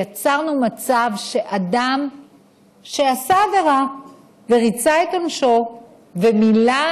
ויצרנו מצב שאדם שעשה עבירה וריצה את עונשו ומילא